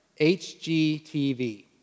HGTV